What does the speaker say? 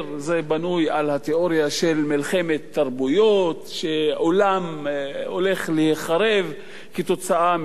זה בנוי על התיאוריה של מלחמת תרבויות שהעולם הולך להיחרב כתוצאה מזה.